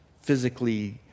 physically